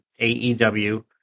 AEW